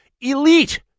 elite